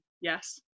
Yes